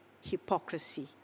hypocrisy